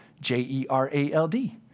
J-E-R-A-L-D